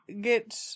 get